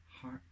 heart